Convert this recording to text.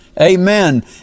Amen